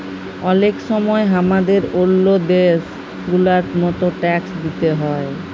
অলেক সময় হামাদের ওল্ল দ্যাশ গুলার মত ট্যাক্স দিতে হ্যয়